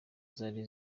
zari